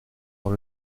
dans